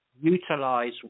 utilize